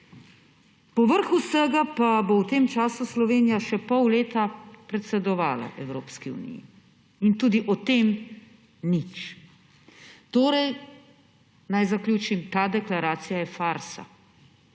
Povrh vsega pa bo v tem času Slovenija še pol leta predsedovala Evropski uniji in tudi o tem nič. Naj zaključim. Ta deklaracija je farsa.